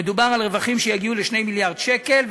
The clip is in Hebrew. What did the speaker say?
דובר על רווחים שיגיעו ל-2 מיליארד שקל,